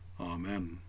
Amen